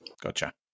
Gotcha